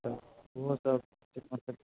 तऽ ओहोसब अपन